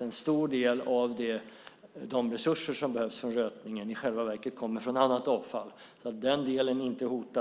en stor del av de resurser som behövs för rötningen i själva verket kommer från annat avfall. Den delen hotas inte.